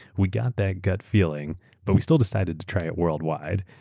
we got that gut feeling but we still decided to try it worldwide.